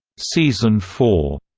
season four,